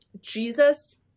jesus